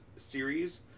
series